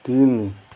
ତିନି